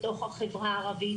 בוקר טוב לכולם.